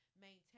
maintain